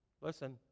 Listen